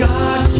God